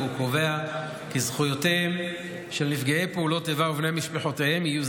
והוא קובע כי זכויותיהם של נפגעי פעולות איבה ובני משפחותיהם יהיו